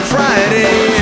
Friday